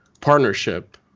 partnership